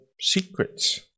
Secrets